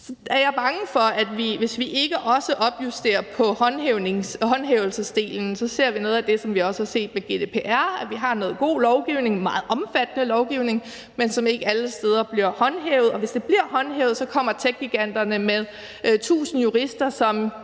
Jeg er bange for, at hvis ikke vi også opjusterer på håndhævelsesdelen, ser vi noget af det, som vi også har set med GDPR, altså at vi har noget god lovgivning – meget omfattende lovgivning – som ikke alle steder bliver håndhævet. Og hvis det bliver håndhævet, kommer techgiganterne med tusind jurister, som